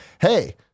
hey